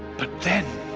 but then,